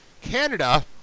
Canada